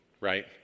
right